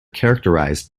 characterised